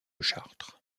chartres